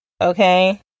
Okay